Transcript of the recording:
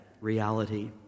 reality